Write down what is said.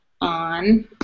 on